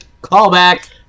Callback